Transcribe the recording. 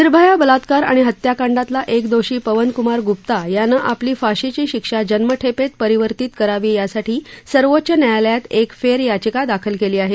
निर्भया बलात्कार आणि हत्याकांडातला एक दोषी पवनकमार गृप्ता यानं आपली फाशीची शिक्षा जन्मठेपेत परिवर्तित करावी यासाठी सर्वोच्च न्यायालयात एक फेरयाचिका दाखल केली आहे